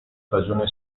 stagione